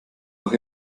noch